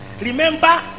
Remember